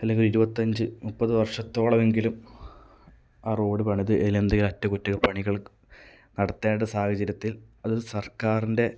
അല്ലെങ്കിൽ ഒരു ഇരുപത്തഞ്ച് മുപ്പത് വർഷത്തോളം എങ്കിലും ആ റോഡ് പണിത് അതിൽ എന്തെങ്കിലും അറ്റകുറ്റപ്പണികൾ നടത്തേണ്ട സാഹചര്യത്തിൽ അത് സർക്കാരിന്റെ